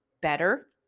better